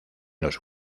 los